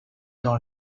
dans